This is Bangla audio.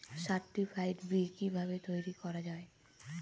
সার্টিফাইড বি কিভাবে তৈরি করা যায়?